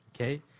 Okay